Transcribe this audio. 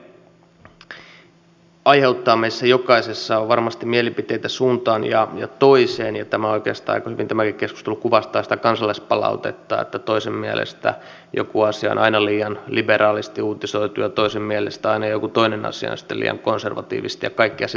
yle aiheuttaa meissä jokaisessa varmasti mielipiteitä suuntaan ja toiseen ja tämäkin keskustelu oikeastaan aika hyvin kuvastaa kansalaispalautetta missä toisen mielestä joku asia on aina liian liberaalisti uutisoitu ja toisen mielestä aina joku toinen asia on sitten liian konservatiivista ja kaikkea siltä väliltä